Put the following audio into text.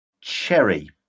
Cherry